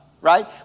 Right